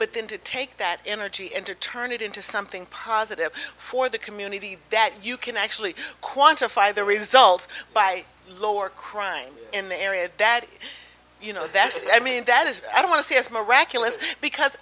but then to take that energy and to turn it into something positive for the community that you can actually quantify the results by lower crime in the area that you know that's i mean that is i don't want to see us miraculous because